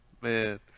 man